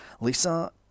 lisa